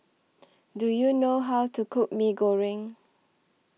Do YOU know How to Cook Mee Goreng